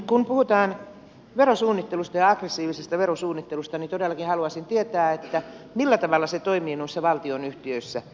kun puhutaan verosuunnittelusta ja aggressiivisesta verosuunnittelusta niin todellakin haluaisin tietää millä tavalla se toimii noissa valtionyhtiöissä